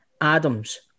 Adams